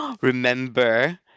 Remember